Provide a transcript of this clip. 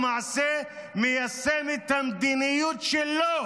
מיישם למעשה את המדיניות שלו